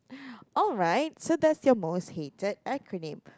alright so that's your most hated acronym